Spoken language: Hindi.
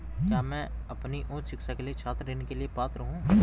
क्या मैं अपनी उच्च शिक्षा के लिए छात्र ऋण के लिए पात्र हूँ?